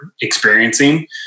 experiencing